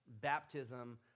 baptism